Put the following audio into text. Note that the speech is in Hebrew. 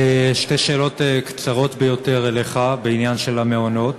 שתי שאלות קצרות ביותר אליך בעניין של המעונות: